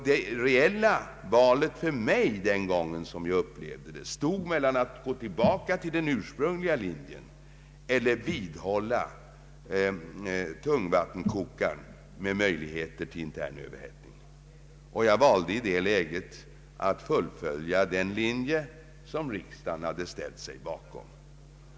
Det reella valet stod den gången, som jag upplevde det, mellan att gå tillbaka till den ursprungliga linjen eller vidhålla tungvattenkokaren med möjligheter till intern överhettning. Jag valde i det läget att fullfölja den linje som riksdagen senast hade ställt sig bakom.